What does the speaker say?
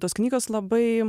tos knygos labai